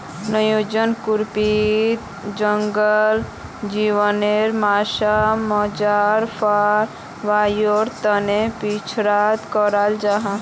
वन्यजीव कृषीत जंगली जानवारेर माँस, चमड़ा, फर वागैरहर तने पिंजरबद्ध कराल जाहा